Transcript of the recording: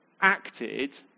acted